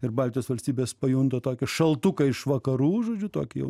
ir baltijos valstybės pajunta tokį šaltuką iš vakarų žodžiu tokį jau